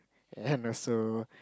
and also